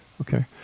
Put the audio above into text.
Okay